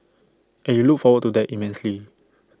and you look forward to that immensely